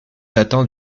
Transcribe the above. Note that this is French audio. datant